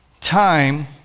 Time